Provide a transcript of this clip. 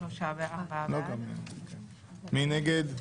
מי נגד?